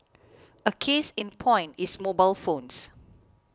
a case in point is mobile phones